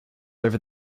over